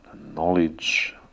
knowledge